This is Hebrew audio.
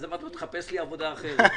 אז אמרתי לו: תחפש לי עבודה אחרת.